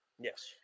Yes